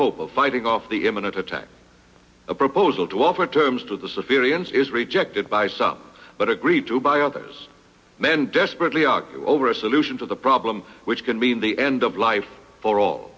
hope of fighting off the imminent attack a proposal to offer terms to the civilians is rejected by some but agreed to buy out this man desperately over a solution to the problem which can mean the end of life for all